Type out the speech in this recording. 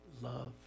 love